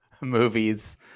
movies